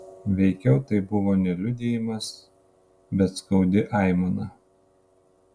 veikiau tai buvo ne liudijimas bet skaudi aimana